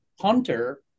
hunter